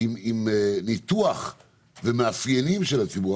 עם ניתוח ומאפיינים של הציבור.